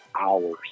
hours